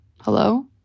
Hello